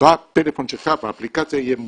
בפלאפון שלך, באפליקציה, יהיה מוצפן.